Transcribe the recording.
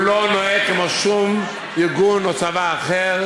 הוא לא נוהג כמו שום ארגון או צבא אחר.